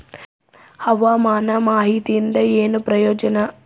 ಹವಾಮಾನ ಮಾಹಿತಿಯಿಂದ ಏನು ಪ್ರಯೋಜನ?